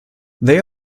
they